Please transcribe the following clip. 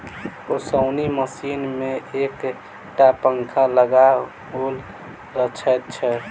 ओसौनी मशीन मे एक टा पंखा लगाओल रहैत छै